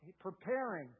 preparing